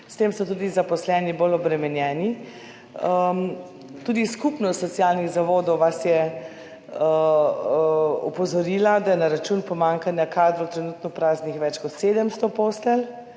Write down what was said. s tem so tudi zaposleni bolj obremenjeni. Tudi Skupnost socialnih zavodov Slovenije vas je opozorila, da je na račun pomanjkanja kadrov trenutno praznih več kot 700 postelj,